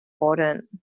important